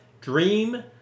Dream